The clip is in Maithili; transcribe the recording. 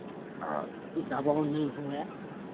आ दबाब नहि हुए